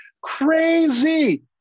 Crazy